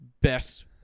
Best